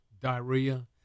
diarrhea